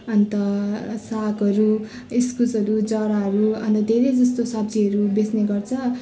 अन्त सागहरू इस्कुसहरू जराहरू अन्त धेरै जस्तो सब्जीहरू बेच्ने गर्छ